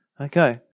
Okay